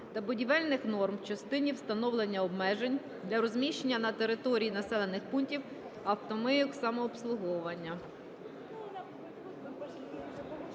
та будівельних норм в частині встановлення обмежень для розміщення на території населених пунктів автомийок самообслуговування.